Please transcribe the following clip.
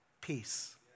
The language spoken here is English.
peace